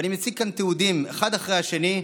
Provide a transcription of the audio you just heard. ואני מציג כאן תיעוד אחד אחרי השני.